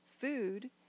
food